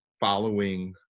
following